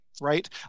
right